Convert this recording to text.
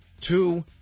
Two